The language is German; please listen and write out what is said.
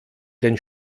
denn